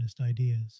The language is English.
ideas